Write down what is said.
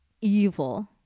evil